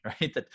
right